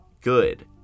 good